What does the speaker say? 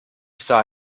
saw